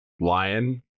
Lion